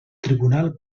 tribunal